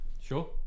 Sure